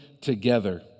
together